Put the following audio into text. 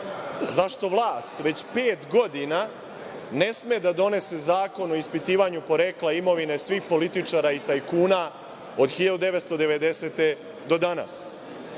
vlast već pet godina ne sme da donese zakon o ispitivanju porekla imovine svih političara i tajkuna od 1990. do danas?